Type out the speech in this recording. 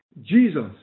Jesus